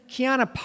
Kiana